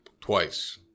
Twice